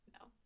No